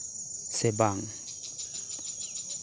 ᱥᱮ ᱵᱟᱝ